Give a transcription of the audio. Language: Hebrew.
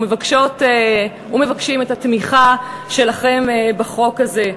אנחנו מבקשות ומבקשים את התמיכה שלכם בחוק הזה.